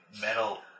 metal